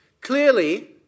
Clearly